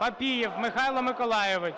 Папієв Михайло Миколайович.